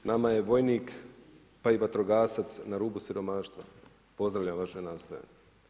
Nama je vojnik, pa i vatrogasac na rubu siromaštva, pozdravljam vaša nastojanja.